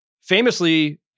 famously